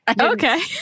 Okay